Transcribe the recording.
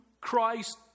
Christ